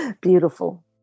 Beautiful